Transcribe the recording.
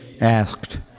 asked